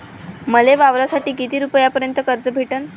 मले वावरासाठी किती रुपयापर्यंत कर्ज भेटन?